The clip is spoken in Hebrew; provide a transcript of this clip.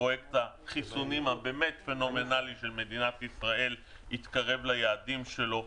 פרויקט החיסונים הפנומנאליים של מדינת ישראל יתקרב ליעדים שלו,